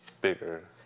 bigger